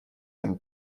ein